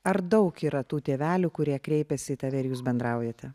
ar daug yra tų tėvelių kurie kreipiasi į tave ir jūs bendraujate